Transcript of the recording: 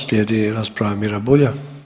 Slijedi rasprava Mira Bulja.